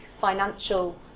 financial